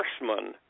horseman